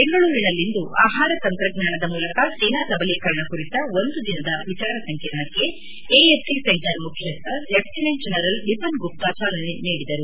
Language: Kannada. ಬೆಂಗಳೂರಿನಲ್ಲಿಂದು ಆಹಾರ ತಂತ್ರಜ್ಞಾನದ ಮೂಲಕ ಸೇನಾ ಸಬಲೀಕರಣ ಕುರಿತ ಒಂದು ದಿನದ ವಿಚಾರ ಸಂಕಿರಣಕ್ಕೆ ಎಎಸ್ಸಿ ಸೆಂಟರ್ ಮುಖ್ಯಸ್ವ ಲೆಫ್ಟಿನೆಂಟ್ ಜನರಲ್ ವಿಪನ್ಗುಪ್ತಾ ಚಾಲನೆ ನೀಡಿದರು